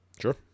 Sure